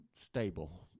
Stable